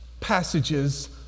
passages